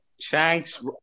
Shanks